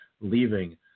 leaving